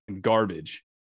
garbage